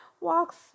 walks